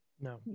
No